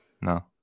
No